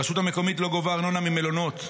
הרשות המקומית לא גובה ארנונה ממלונות,